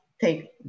take